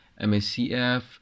MACF